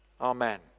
Amen